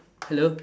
hello